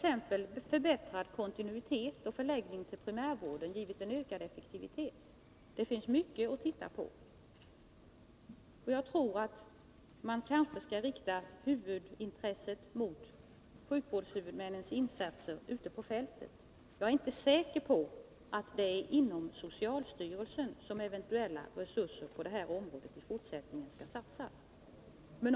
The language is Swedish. förbättrad kontinuitet och förläggning till primärvården givit en ökad effektivitet? Det finns mycket att se på. Jag tror att man kanske skall rikta huvudintresset mot sjukvårdshuvudmännens insatser ute på fältet. Jag är inte säker på att det i fortsättningen är inom socialstyrelsen som eventuella resurser på det här området skall satsas.